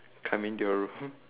come into your room